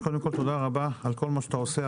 קודם כל תודה רבה על כל מה שאתה עושה,